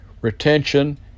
retention